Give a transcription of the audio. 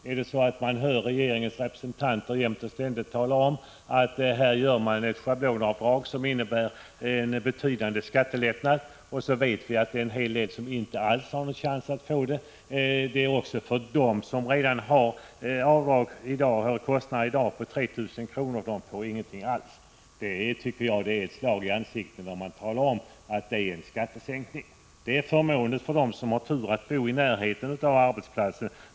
När vi jämt och ständigt hör regeringens representanter tala om att man inför ett schablonavdrag som innebär en betydande skattelättnad, vet vi samtidigt att det är en stor del av inkomsttagarna som inte får någon del av detta. De som redan i dag har avdrag på 3 000 kr. får ingenting. Jag anser att det är ett slag i ansiktet när man kallar detta för en skattesänkning. Schablonavdraget är förmånligt för dem som har tur att bo i närheten av arbetsplatsen.